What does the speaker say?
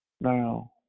now